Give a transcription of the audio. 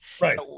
Right